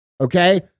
Okay